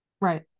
Right